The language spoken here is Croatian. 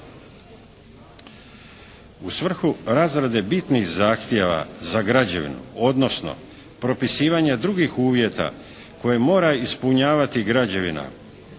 U svrhu razrade bitnih zahtjeva za građevinu, odnosno propisivanja drugih uvjeta koje mora ispunjavati građevina